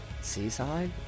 Seaside